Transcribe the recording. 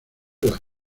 las